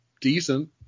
decent